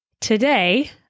Today